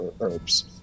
herbs